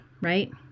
right